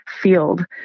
field